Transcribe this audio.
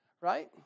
Right